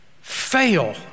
fail